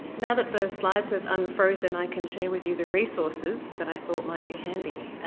now that the slides have unfrozen i can share with you the resources that i thought might be handy.